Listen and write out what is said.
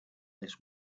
this